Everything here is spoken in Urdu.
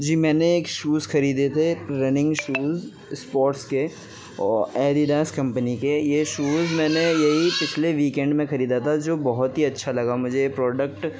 جی میں نے ایک شوز خریدے تھے رننگ شوز اسپورٹس کے ایڈیڈاز کمپنی کے یہ شوز میں نے یہی پچھلے ویکینڈ میں خریدا تھا جو بہت ہی اچھا لگا مجھے یہ پروڈکٹ